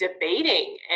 debating